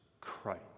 Christ